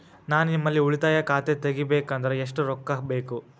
ನಾ ನಿಮ್ಮಲ್ಲಿ ಉಳಿತಾಯ ಖಾತೆ ತೆಗಿಬೇಕಂದ್ರ ಎಷ್ಟು ರೊಕ್ಕ ಬೇಕು?